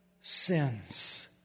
sins